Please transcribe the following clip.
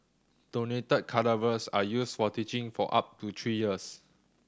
donated cadavers are used for teaching for up to three years